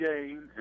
game